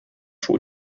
suo